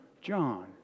John